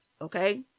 okay